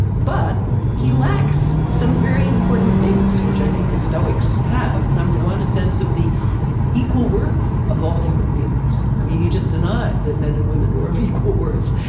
but he lacks some very important things which i think the stoics have. number one, a sense of the equal worth of all human beings. i mean, he just denied that men and women were of equal worth,